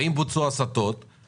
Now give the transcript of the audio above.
האם בוצעו הסטות?